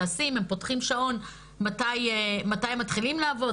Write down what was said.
הם פותחים שעון מתי מתחילים לעבוד,